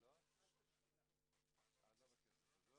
לא, לא בכנסת הזו.